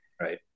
Right